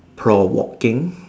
provoking